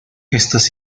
estas